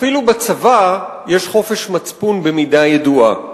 אפילו בצבא יש חופש מצפון במידה ידועה,